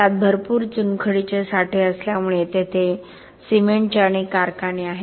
त्यात भरपूर चुनखडीचे साठे असल्यामुळे तेथे सिमेंटचे अनेक कारखाने आहेत